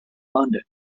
london